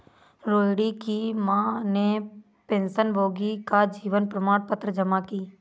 रोहिणी की माँ ने पेंशनभोगी का जीवन प्रमाण पत्र जमा की